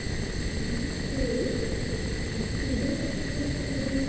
मम तु शक्यते